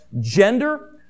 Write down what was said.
gender